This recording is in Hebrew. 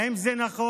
האם זה נכון?